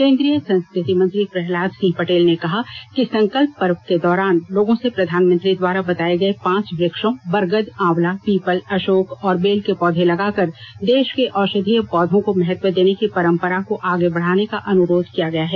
केन्द्रीय संस्कृति मंत्री प्रहलाद सिंह पटेल ने कहा कि संकल्प पर्व के दौरान लोगों से प्रधानमंत्री द्वारा बताए गए पांच वुक्षों बरगद आंवला पीपल अशोक और बेल के पौधे लगाकर देश के औषधीय पौधों को महत्व देने की परम्परा को आगे बढ़ाने का अनुरोध किया गया है